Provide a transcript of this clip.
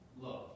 love